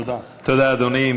תודה, אדוני.